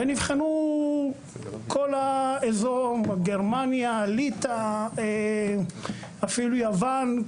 נבחנו מקומות באזור כמו גרמניה, ליטא, אפילו יוון.